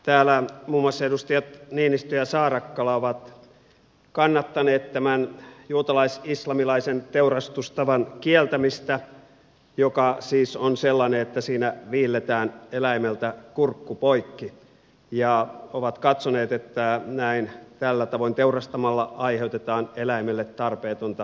täällä muun muassa edustajat niinistö ja saarakkala ovat kannattaneet tämän juutalais islamilaisen teurastustavan kieltämistä joka siis on sellainen että siinä viilletään eläimeltä kurkku poikki ja ovat katsoneet että näin tällä tavoin teurastamalla aiheutetaan eläimille tarpeetonta kärsimystä